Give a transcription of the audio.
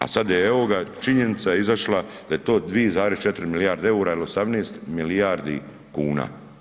A sada je evo ga činjenica je izašla da je to 2,4 milijarde eura ili 18 milijardi kuna.